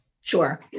Sure